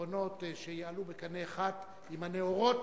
פתרונות שיעלו בקנה אחד עם הנאורות